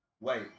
Wait